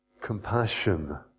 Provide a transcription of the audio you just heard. compassion